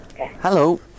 hello